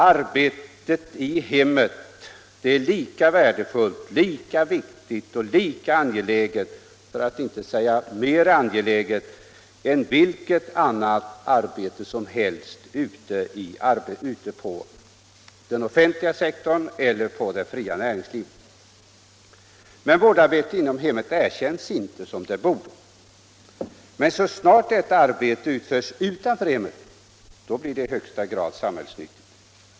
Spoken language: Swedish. Arbetet i hemmet är lika värdefullt, lika viktigt och lika angeläget som — för att inte säga mer angeläget än — vilket annat arbete som helst inom den offentliga sektorn eller det fria näringslivet. Vårdarbete inom hemmet erkänns dock inte på det sätt som borde ske. Men så snart detta arbete utförs utanför hemmet blir det i högsta grad samhällsnyttigt.